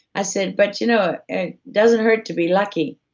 i said, but, you know, it doesn't hurt to be lucky.